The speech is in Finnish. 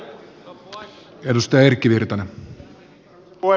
arvoisa puhemies